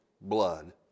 blood